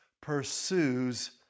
pursues